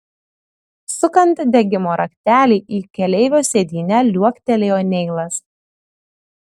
sukant degimo raktelį į keleivio sėdynę liuoktelėjo neilas